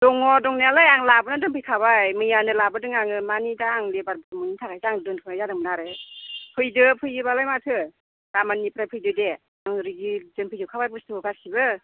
दङ दंनायालाय आं लाबोनानै दोनफैखाबाय मैयानो लाबोदों आङो मानि दा आङो लेबार मोनिनि थाखायसो आं दोन्थ'नाय जादोंमोन आरो फैदो फैयोबालाय माथो गाबोननिफ्राय फैदो दे आं रेदि दोनफैजोखाबाय बुस्थुखौ गासिबो